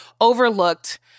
overlooked